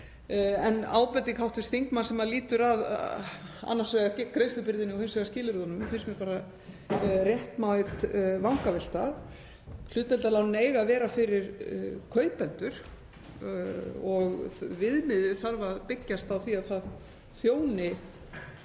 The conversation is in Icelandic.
En ábending hv. þingmanns sem lýtur að annars vegar greiðslubyrðinni og hins vegar skilyrðunum finnst mér bara réttmæt vangavelta. Hlutdeildarlánin eiga að vera fyrir kaupendur og viðmiðið þarf að byggjast á því að það þjóni